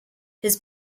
his